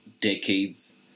decades